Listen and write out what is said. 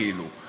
כאילו.